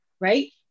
right